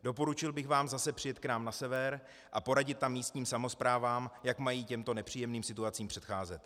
Doporučil bych vám přijet zase k nám na sever a poradit tam místním samosprávám, jak mají těmto nepříjemným situacím předcházet.